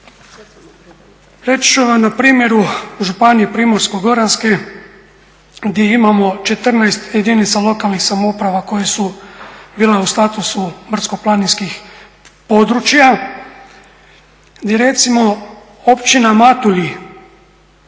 reći ću vam na primjeru županije Primorsko-goranske gdje imamo 14 jedinca lokalnih samouprava koje su bile u statusu brdsko-planinskih područja gdje recimo općina Matulji